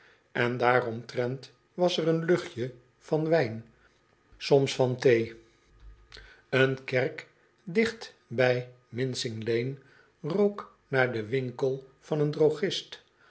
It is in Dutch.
en daaromtrent was er een luchtje van wijn soms van thee een kerk dicht bij mincing lane rook naar den winkel van een drogist